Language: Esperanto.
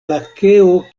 lakeo